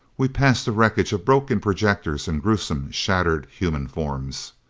we passed the wreckage of broken projectors, and gruesome, shattered human forms.